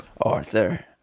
Arthur